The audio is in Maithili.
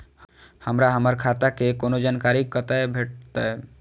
हमरा हमर खाता के कोनो जानकारी कतै भेटतै?